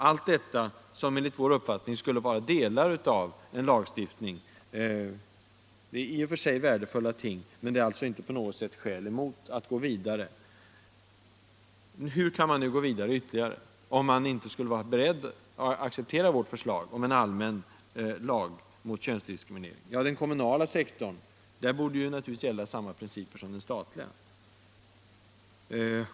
Allt detta, som enligt vår uppfattning borde vara delar av en lagstiftning, är värdefulla ting, men de är inget skäl mot att gå vidare. Hur skall man då gå vidare, om man inte är beredd att acceptera vårt förslag om en allmän lag mor könsdiskriminering? Ja, inom den kommunala sektorn borde ju gälla samma principer som inom den statliga.